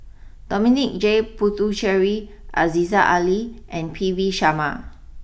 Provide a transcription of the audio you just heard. Dominic J Puthucheary Aziza Ali and P V Sharma